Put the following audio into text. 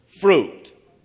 fruit